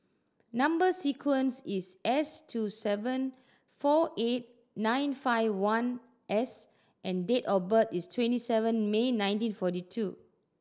number sequence is S two seven four eight nine five one S and date of birth is twenty seven May nineteen forty two